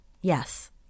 Yes